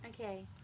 Okay